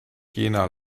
jena